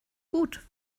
gut